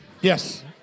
Yes